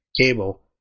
cable